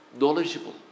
knowledgeable